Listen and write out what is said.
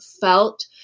felt